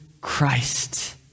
Christ